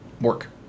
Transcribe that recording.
work